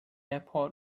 airport